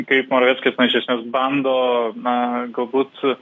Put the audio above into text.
kaip moraveckis na iš esmės bando na galbūt